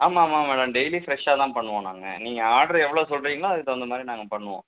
ஆமாம்மா madam daily ஃப்ரெஷ்ஷாக தான் பண்ணுவோம் நாங்கள் நீங்கள் ஆர்ட்ரு எவ்வளோ சொல்கிறிங்ளோ அதுக்கு தகுந்த மாதிரி நாங்கள் பண்ணுவோம்